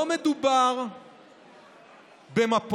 לא מדובר במפות,